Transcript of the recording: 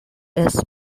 its